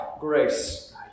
grace